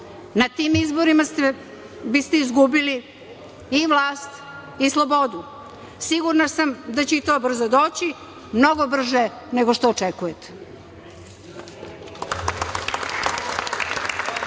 Na tim izborima biste izgulili i vlast i slobodu. Sigurna sam da će i to brzo doći, mnogo brže nego što očekujete.